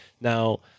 Now